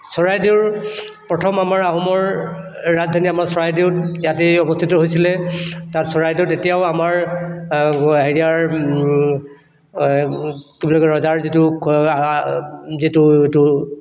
চৰাইদেউৰ প্ৰথম আমাৰ আহোমৰ ৰাজধানী আমাৰ চৰাইদেউত ইয়াতেই অৱস্থিত হৈছিলে তাত চৰাইদেউ তেতিয়াও আমাৰ হেৰিয়াৰ এই কি বুলি কয় ৰজাৰ যিটো যিটো ইটো